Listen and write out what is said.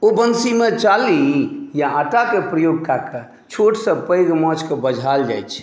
ओ वँशीमे चाली या आटाके प्रयोग कए कऽ छोटसँ पैघ माछकेँ बझायल जाइत छै